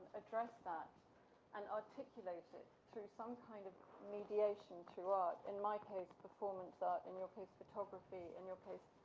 address that and articulate it through some kind of mediation throughout, in my case, performance art, in your case photography, in your case,